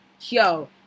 Yo